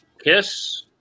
Kiss